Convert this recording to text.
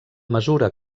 mesura